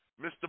Mr